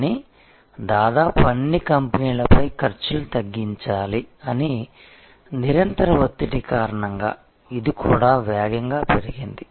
కానీ దాదాపు అన్ని కంపెనీలపై ఖర్చులు తగ్గించాలి అని నిరంతర ఒత్తిడి కారణంగా ఇది కూడా వేగంగా పెరిగింది